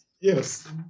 Yes